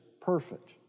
perfect